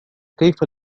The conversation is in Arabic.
كيف